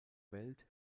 welt